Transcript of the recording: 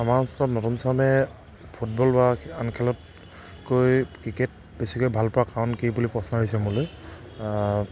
আমাৰ অঞ্চলত নতুনচামে ফুটবল বা আন খেলতকৈ ক্ৰিকেট বেছিকৈ ভালপোৱা কাৰণ কি বুলি প্ৰশ্ন আহিছে মোলৈ